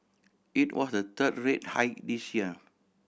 it was the third rate hike this year